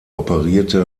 operierte